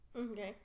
Okay